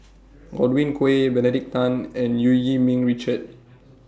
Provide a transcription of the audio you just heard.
Godwin Koay Benedict Tan and EU Yee Ming Richard